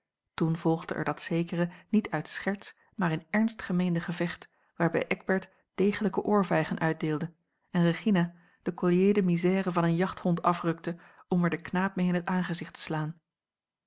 toen volgde er dat zekere niet uit scherts maar in ernst gemeende gevecht waarbij eckbert degelijke oorvijgen uitdeelde en regina de collier de misère van een jachthond afrukte om er den knaap mee in het aangezicht te slaan